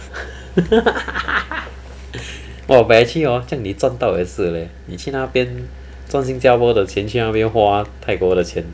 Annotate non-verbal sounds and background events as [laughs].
[laughs] but actually hor 赚到也是 leh 你去那边赚新加坡的钱去那边花泰国的钱